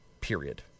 period